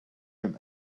him